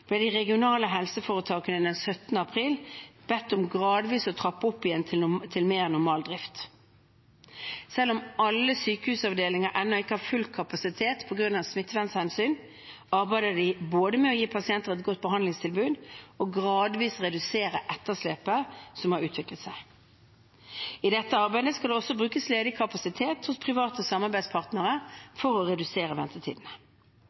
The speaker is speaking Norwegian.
ble de regionale helseforetakene den 17. april bedt om gradvis å trappe opp igjen til mer normal drift. Selv om alle sykehusavdelinger ennå ikke har full kapasitet på grunn av smittevernhensyn, arbeider de både med å gi pasientene et godt behandlingstilbud, og med gradvis å redusere etterslepet som har utviklet seg. I dette arbeidet skal det også brukes ledig kapasitet hos private samarbeidspartnere for å redusere ventetidene.